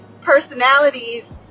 personalities